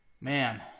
Man